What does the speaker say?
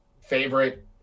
favorite